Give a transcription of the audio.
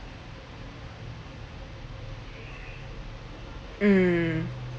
mm